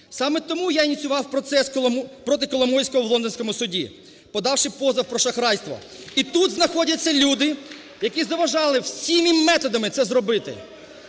Саме тому я ініціював процес проти Коломойського в Лондонському суді, подавши позов про шахрайство. І тут знаходяться люди, які заважали всіма методами це зробити,